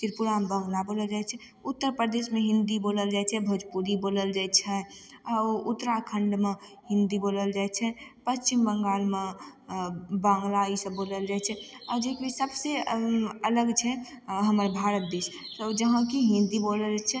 त्रिपुरामे बाङ्गला बोलल जाइ छै उत्तर प्रदेशमे हिन्दी बोलल जाइ छै भोजपुरी बोलल जाइ छै आओर उ उत्तराखण्डमे हिन्दी बोलल जाइ छै पश्चिम बंगालमे बाङ्गला ई सब बोलल जाइ छै आओर जे कि सबसँ अलग छै हमर भारत देश जहाँ कि हिन्दी बोलल जाइ छै